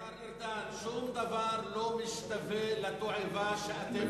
השר ארדן, שום דבר לא משתווה לתועבה שאתם מייצרים.